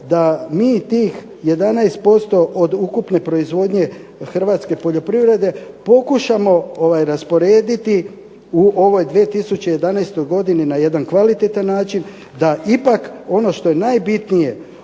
da mi tih 11% od ukupne proizvodnje hrvatske poljoprivrede pokušamo rasporediti u ovoj 2011. godini na jedan kvalitetan način. I da ipak ono što je najbitnije,